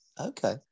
Okay